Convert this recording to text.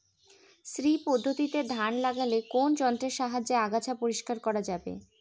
শ্রী পদ্ধতিতে ধান লাগালে কোন যন্ত্রের সাহায্যে আগাছা পরিষ্কার করা যাবে?